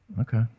okay